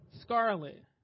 scarlet